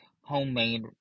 homemade